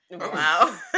Wow